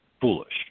foolish